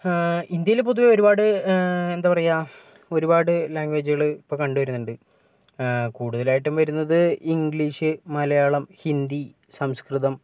ഇന്ത്യയിൽ പൊതുവേ ഒരുപാട് എന്താ പറയുക ഒരുപാട് ലാംഗ്വേജുകൾ ഇപ്പോൾ കണ്ടുവരുന്നുണ്ട് കൂടുതലായിട്ടും വരുന്നത് ഇംഗ്ലീഷ് മലയാളം ഹിന്ദി സംസ്കൃതം